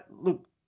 look